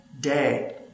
day